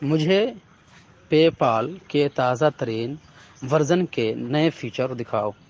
مجھے PayPal کے تازہ ترین ورژن کے نئے فیچر دکھاؤ